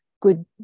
good